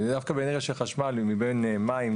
ודווקא באנרגיה של חשמל מבין מים,